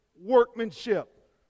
workmanship